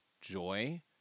joy